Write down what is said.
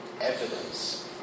evidence